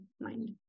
mind